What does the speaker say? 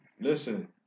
Listen